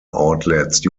outlets